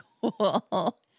cool